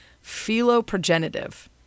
philoprogenitive